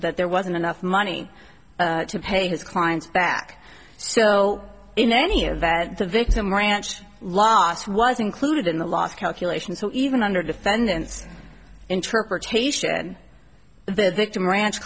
that there wasn't enough money to pay his client's back so in any event the victim ranch loss was included in the last calculation so even under defendant's interpretation the victim ranch